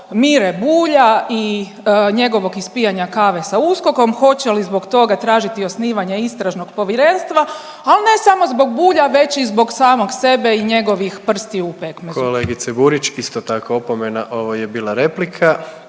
Mire Bulja i njegovog ispijanja kave sa USKOK-om, hoće li zbog toga tražiti osnivanje Istražnog povjerenstva, al ne samo zbog Bulja, već i zbog samog sebe i njegovih prstiju u pekmezu. **Jandroković, Gordan (HDZ)** Kolegice Burić, isto tako opomena, ovo je bila replika,